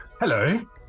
Hello